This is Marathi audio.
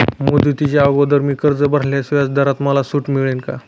मुदतीच्या अगोदर मी कर्ज भरल्यास व्याजदरात मला सूट मिळेल का?